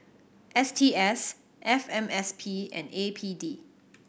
S T S F M S P and A P D